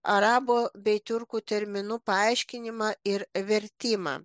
arabų bei turkų terminų paaiškinimą ir vertimą